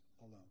alone